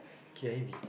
k_i_v